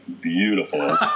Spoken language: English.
beautiful